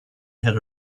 had